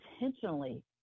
intentionally